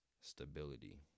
stability